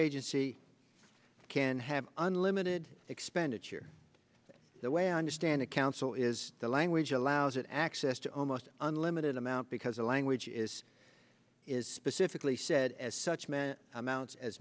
agency can have unlimited expenditure the way i understand the council is the language allows access to almost unlimited amount because the language is specifically said as such man amounts as